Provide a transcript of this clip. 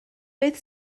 beth